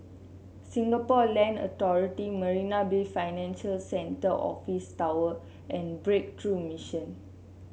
Singapore Land Authority Marina Bay Financial Centre Office Tower and Breakthrough Mission